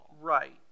Right